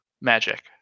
magic